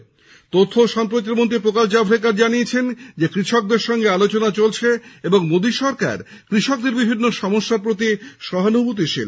এদিকে তথ্য ও সম্প্রচার মন্ত্রী প্রকাশ জাভরেকর জানিয়েছেন কৃষকদের সঙ্গে আলোচনা চলছে এবং মোদী সরকার কৃষকদের বিভিন্ন সমস্যার প্রতি সহানুভূতিশীল